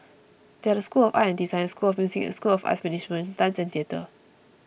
they are the school of art and design school of music and school of arts management dance and theatre